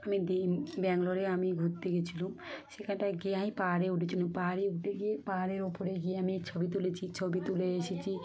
আমি দি ব্যাঙ্গালোরে আমি ঘুরতে গিয়েছিলাম সেখানটায় গিয়ে আমি পাহাড়ে উঠেছিল পাহাড়ে উঠে গিয়ে পাহাড়ের ওপরে গিয়ে আমি ছবি তুলেছি ছবি তুলে এসেছি